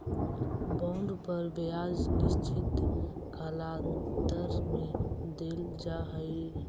bond पर ब्याज निश्चित कालांतर में देल जा हई